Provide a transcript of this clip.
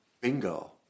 Bingo